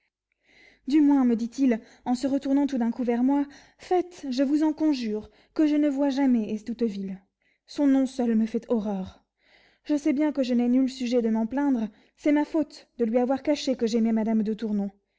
du moins me dit-il en se retournant tout d'un coup vers moi faites je vous en conjure que je ne voie jamais estouteville son nom seul me fait horreur je sais bien que je n'ai nul sujet de m'en plaindre c'est ma faute de lui avoir caché que j'aimais madame de tournon